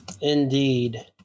Indeed